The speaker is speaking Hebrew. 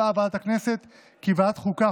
קבעה ועדת הכנסת כי ועדת החוקה,